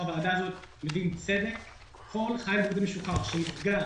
שכל חייל בודד משוחרר שנפגע,